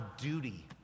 duty